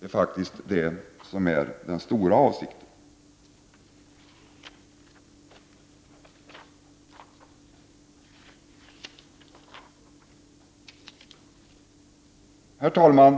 Det är faktiskt den grundläggande uppgiften. Herr talman!